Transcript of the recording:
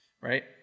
right